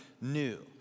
new